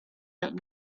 him